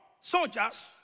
soldiers